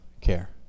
care